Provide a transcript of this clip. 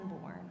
born